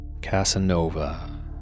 Casanova